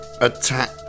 attack